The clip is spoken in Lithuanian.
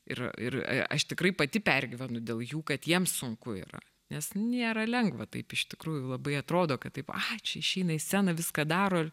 ir ir aš tikrai pati pergyvenu dėl jų kad jiems sunku yra nes nėra lengva taip iš tikrųjų labai atrodo kad taip ai čia išeina į sceną viską daro